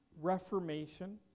reformation